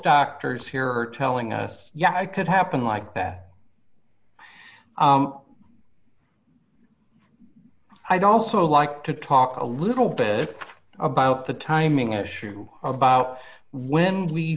doctors here are telling us yeah i could happen like that i'd also like to talk a little bit about the timing issue about when